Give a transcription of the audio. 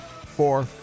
four